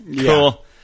Cool